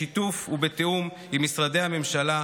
בשיתוף ובתיאום עם משרדי הממשלה,